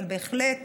אבל בהחלט